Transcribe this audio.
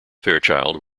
fairchild